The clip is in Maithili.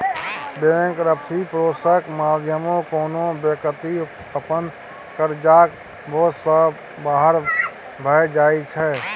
बैंकरप्सी प्रोसेसक माध्यमे कोनो बेकती अपन करजाक बोझ सँ बाहर भए जाइ छै